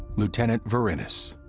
lieutenant verinis.